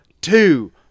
two